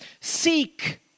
Seek